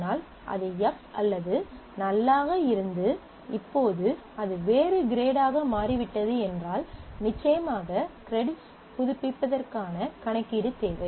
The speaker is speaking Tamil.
ஆனால் அது f அல்லது நல் ஆக இருந்து இப்போது அது வேறு கிரேடு ஆக மாறிவிட்டது என்றால் நிச்சயமாக கிரெடிட்ஸ் புதுப்பிப்பதற்கான கணக்கீடு தேவை